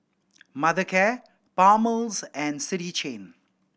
Mothercare Palmer's and City Chain